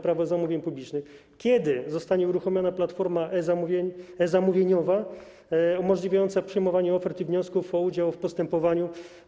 Prawo zamówień publicznych, kiedy zostanie uruchomiona platforma e-zamówieniowa umożliwiająca przyjmowanie ofert i wniosków o udział w postępowaniu.